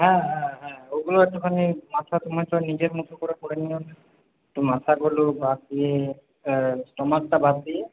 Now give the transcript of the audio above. হ্যাঁ হ্যাঁ হ্যাঁ ওগুলো একটুখানি মাথা তোমার নিজের মতো করে করে নিও না মাথাগুলো বাদ দিয়ে স্টমাক টা বাদ দিয়ে